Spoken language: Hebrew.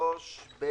3ב